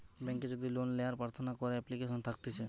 বেংকে যদি লোন লেওয়ার প্রার্থনা করে এপ্লিকেশন থাকতিছে